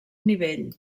nivell